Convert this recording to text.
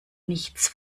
nichts